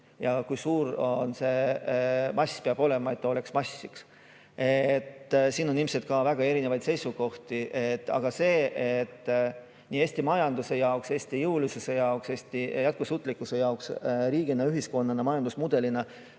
ja kui suur see mass peab olema, et see oleks mass. Siin on ilmselt ka väga erinevaid seisukohti. Aga Eesti majanduse jaoks, Eesti jõulisuse jaoks, Eesti jätkusuutlikkuse jaoks riigi, ühiskonna, majandusmudelina